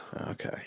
Okay